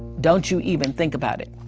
don't you even think about it.